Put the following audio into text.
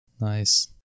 nice